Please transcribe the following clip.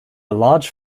large